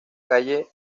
calles